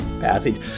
passage